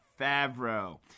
Favreau